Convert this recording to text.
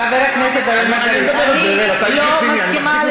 חבר הכנסת אראל מרגלית, אני לא מסכימה לשיח פה.